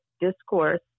discourse